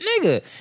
nigga